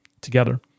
together